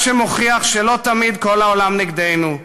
מה שמוכיח שלא תמיד כל העולם נגדנו,